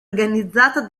organizzata